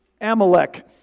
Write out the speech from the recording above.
Amalek